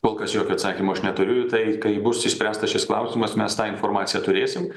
kol kas jokio atsakymo aš neturiu tai kai bus išspręstas šis klausimas mes tą informaciją turėsim